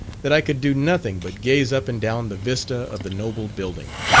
that i could do nothing but gaze up and down the vista of the noble building.